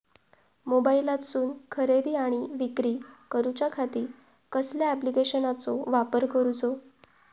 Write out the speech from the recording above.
मोबाईलातसून खरेदी आणि विक्री करूच्या खाती कसल्या ॲप्लिकेशनाचो वापर करूचो?